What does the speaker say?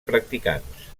practicants